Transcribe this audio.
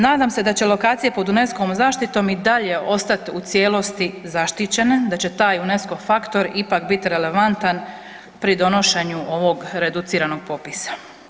Nadam se da će lokacije pod UNESCO-ovom zaštitom i dalje ostati u cijelosti zaštićene, da će taj UNESCO faktor ipak biti relevantan pri donošenju ovog reduciranog popisa.